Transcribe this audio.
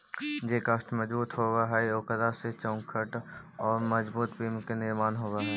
जे काष्ठ मजबूत होवऽ हई, ओकरा से चौखट औउर मजबूत बिम्ब के निर्माण होवऽ हई